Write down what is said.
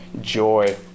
joy